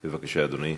בבקשה, אדוני.